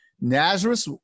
nazareth